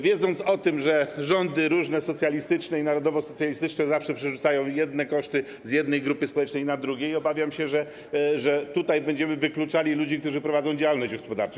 Wiedząc o tym, że różne rządy socjalistyczne i narodowosocjalistyczne zawsze przerzucają jedne koszty z jednej grupy społecznej na drugą, obawiam się, że tutaj będziemy wykluczali ludzi, którzy prowadzą działalność gospodarczą.